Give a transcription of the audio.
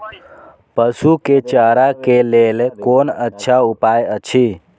पशु के चारा के लेल कोन अच्छा उपाय अछि?